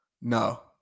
No